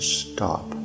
stop